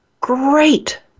great